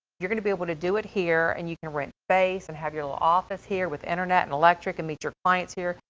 you're going to be able to do it here. and you can rent space and have your little office here with internet and electric and meet your clients here.